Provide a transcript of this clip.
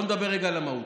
בוא נדבר רגע על המהות,